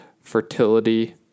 fertility